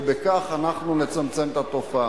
ובכך אנחנו נצמצם את התופעה.